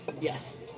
Yes